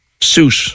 suit